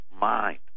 mind